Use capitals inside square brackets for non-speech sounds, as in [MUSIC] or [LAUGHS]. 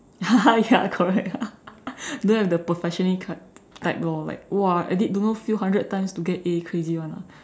[LAUGHS] ya correct [LAUGHS] don't have the perfectionist kind type lor like !wah! edit don't know few hundred times to get A crazy [one] ah